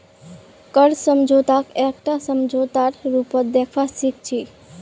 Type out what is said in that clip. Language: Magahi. कर्ज समझौताक एकटा समझौतार रूपत देखवा सिख छी